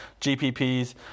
GPPs